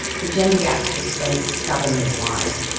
the gender gap has stayed stubbornly wide.